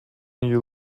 you